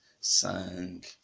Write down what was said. sang